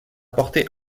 porté